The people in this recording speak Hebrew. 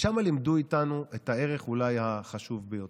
שם לימדו אותנו את הערך שהוא אולי החשוב ביותר: